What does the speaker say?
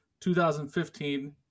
2015